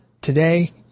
Today